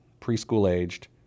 preschool-aged